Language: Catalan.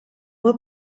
vol